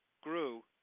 grew